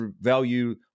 value